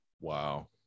Wow